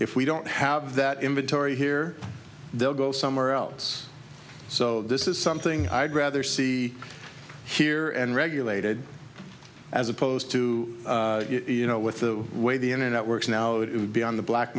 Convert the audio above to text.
if we don't have that inventory here they'll go somewhere else so this is something i'd rather see here and regulated as opposed to with the way the internet works now it would be on the black